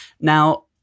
Now